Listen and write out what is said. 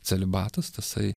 celibatas tasai